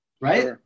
Right